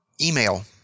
email